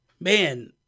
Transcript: man